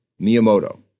Miyamoto